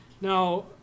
Now